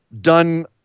done